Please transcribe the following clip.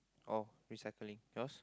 oh recycling yours